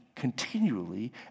continually